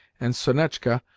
and sonetchka,